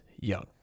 Young